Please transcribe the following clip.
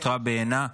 נותרה בעינה,